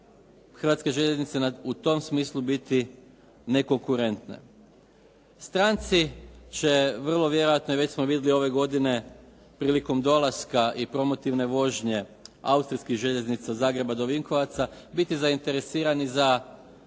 Hrvatske željeznice u tom smislu biti nekonkurentne. Stranci će vrlo vjerojatno i već smo vidjeli ove godine prilikom dolaska i promotivne vožnje austrijskih željeznica od Zagreba do Vinkovaca biti zainteresirani za taj dio